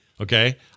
Okay